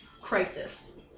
crisis